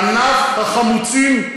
ענף החמוצים.